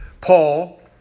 Paul